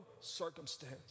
circumstance